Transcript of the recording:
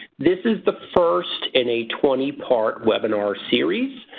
this is the first in a twenty part webinar series.